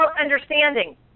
understanding